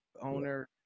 owner